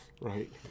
right